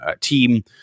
team